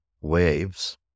waves